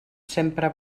sempre